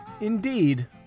indeed